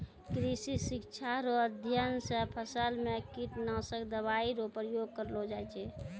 कृषि शिक्षा रो अध्ययन से फसल मे कीटनाशक दवाई रो प्रयोग करलो जाय छै